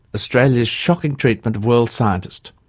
australia's shocking treatment of world scientist.